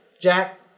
Jack